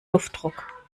luftdruck